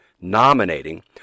nominating